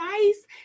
nice